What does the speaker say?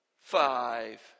five